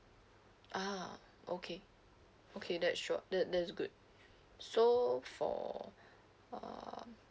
ah okay okay that sure that that is good so for uh